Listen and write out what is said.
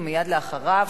ומייד לאחריו,